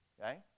okay